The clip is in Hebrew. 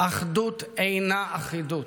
אחדות אינה אחידות,